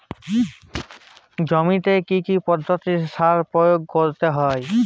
জমিতে কী কী পদ্ধতিতে সার প্রয়োগ করতে হয়?